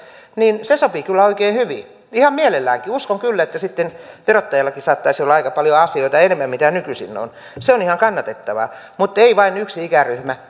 niin se sopii kyllä oikein hyvin ihan mielelläänkin uskon kyllä että sitten verottajallakin saattaisi olla aika paljon asioita enemmän kuin nykyisin on se on ihan kannatettavaa mutta se että vain yhtä ikäryhmää